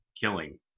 killing